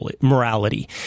morality